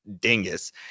dingus